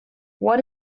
what